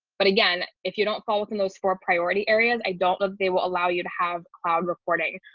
but again, if you don't fall within those four priority areas, i don't know if they will allow you to have recording,